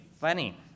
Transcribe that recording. funny